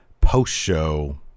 post-show